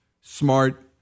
smart